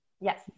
Yes